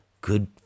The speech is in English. good